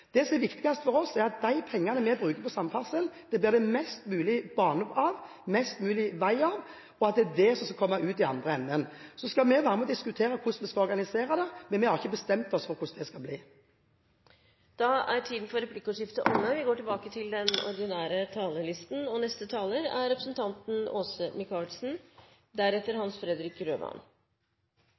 Det som er viktigst for oss, er at de pengene vi bruker på samferdsel, blir det mest mulig bane av, mest mulig vei av, og at det er det som skal komme ut i den andre enden. Vi skal være med på å diskutere hvordan vi skal organisere det, men vi har ikke bestemt oss for hvordan det skal bli. Replikkordskiftet er omme. Ja, mye har skjedd siden forrige budsjett innen samferdselssektoren. Vi har fått en ny regjering og dermed en ny politisk sammensetning her på Stortinget, med andre muligheter for